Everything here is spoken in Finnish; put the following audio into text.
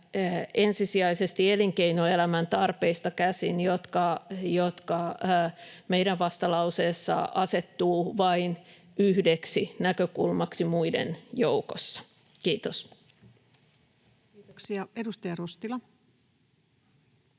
ensisijaisesti elinkeinoelämän tarpeista käsin, jotka meidän vastalauseessa asettuvat vain yhdeksi näkökulmaksi muiden joukossa. — Kiitos. [Speech 120]